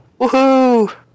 Woohoo